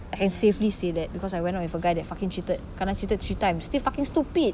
I can safely say that because I went out with a guy that fucking cheated kena cheated three times still fucking stupid